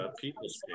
people's